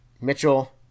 Mitchell